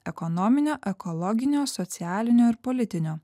ekonominio ekologinio socialinio ir politinio